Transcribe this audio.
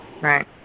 Right